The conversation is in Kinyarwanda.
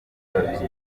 ababiligi